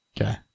Okay